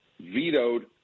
vetoed